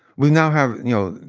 we now have you know